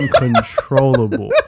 uncontrollable